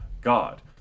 God